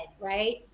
right